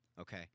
Okay